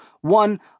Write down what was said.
One